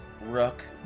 Rook